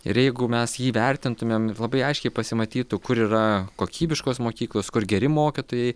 ir jeigu mes jį vertintumėm ir labai aiškiai pasimatytų kur yra kokybiškos mokyklos kur geri mokytojai